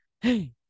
hey